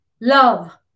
love